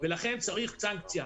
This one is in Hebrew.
לכן צריך סנקציה.